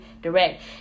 direct